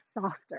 softer